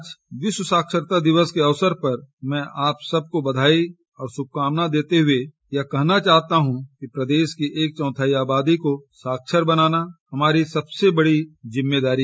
आज विश्व साक्षरता दिवस के अवसर पर मैं आप सबको बधाई और शुभकामनाएं देते हुए यह कहना चाहता हूं कि प्रदेश की एक चौथाई आबादी को साक्षर बनाना हमारी सबसे बड़ी जिम्मेदारी है